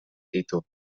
ditu